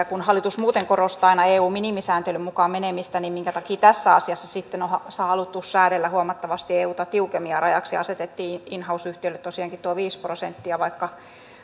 kun hallitus muuten korostaa aina eun minimisääntelyn mukaan menemistä minkä takia tässä asiassa sitten on haluttu säädellä huomattavasti euta tiukemmin ja rajaksi asetettiin in house yhtiölle tosiaankin tuo viisi prosenttia vaikka